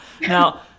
Now